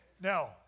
now